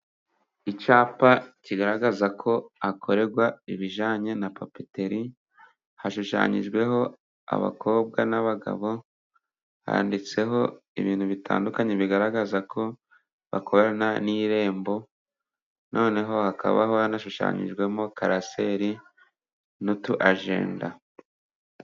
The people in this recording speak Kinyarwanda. Icyapa kigaragaza ko hakorerwa ibijanye na papiteri hashushanyijweho abakobwa n'abagabo. Handitseho ibintu bitandukanye bigaragaza ko bakorana n'irembo noneho hakaba hanashushanyijwemo karaseri n'utu ajenda.